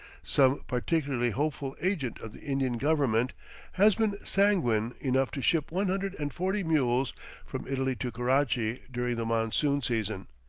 some particularly hopeful agent of the indian government has been sanguine enough to ship one hundred and forty mules from italy to karachi during the monsoon season,